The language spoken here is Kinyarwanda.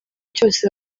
cyose